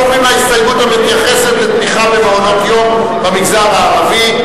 אנחנו עוברים להסתייגות המתייחסת לתמיכה במעונות-יום במגזר הערבי.